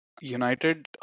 United